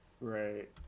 Right